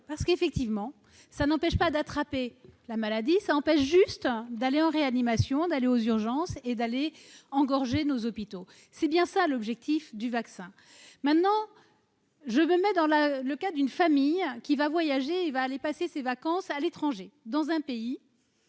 parce qu'effectivement ça n'empêche pas d'attraper la maladie, ça empêche juste d'aller en réanimation d'aller aux urgences et d'aller engorger nos hôpitaux, c'est bien ça l'objectif du vaccin, maintenant je me mets dans la le cas d'une famille qui va voyager, il va aller passer ses vacances à l'étranger dans un pays.